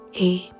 Eight